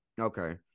okay